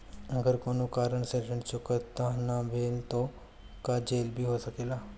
अगर कौनो कारण से ऋण चुकता न भेल तो का जेल भी हो सकेला?